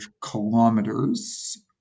kilometers